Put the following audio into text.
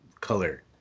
color